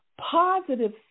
positive